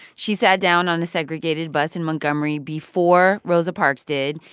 she sat down on a segregated bus in montgomery before rosa parks did.